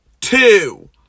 two